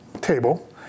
table